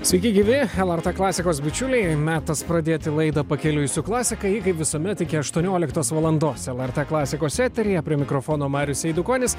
sveiki gyvi lrt klasikos bičiuliai metas pradėti laidą pakeliui su klasika ji kaip visuomet iki aštuonioliktos valandos lrt klasikos eteryje prie mikrofono marius eidukonis